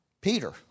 Peter